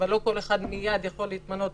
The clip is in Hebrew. אבל לא כל אחד מיד יכול להתמנות,